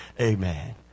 Amen